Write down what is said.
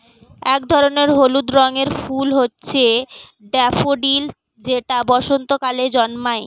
এক ধরনের হলুদ রঙের ফুল হচ্ছে ড্যাফোডিল যেটা বসন্তকালে জন্মায়